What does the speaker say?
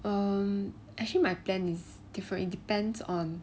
um actually my plan is different it depends on